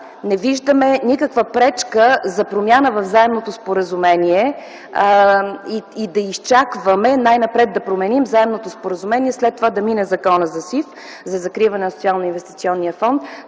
не виждаме никаква пречка за промяна в заемното споразумение и да изчакваме най-напред да променим заемното споразумение, след това да мине Законът за закриване на Социалноинвестиционния фонд,